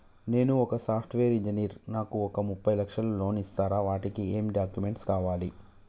నేను ఒక software engineer నాకు ఒక ముప్పై లక్షల లోన్ ఇస్తరా? వాటికి ఏం డాక్యుమెంట్స్ కావాలి?